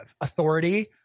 authority